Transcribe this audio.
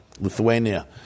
Lithuania